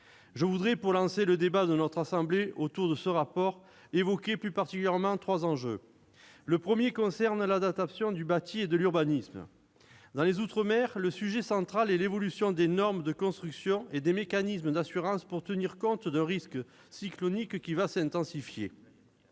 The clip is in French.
Je voudrais, pour lancer le débat de notre assemblée autour de ce rapport, évoquer plus particulièrement trois enjeux. Le premier concerne l'adaptation du bâti et de l'urbanisme. Dans les outre-mer, le sujet central est l'évolution des normes de construction et des mécanismes d'assurance pour tenir compte d'un risque cyclonique qui va s'intensifier.